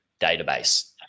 database